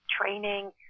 training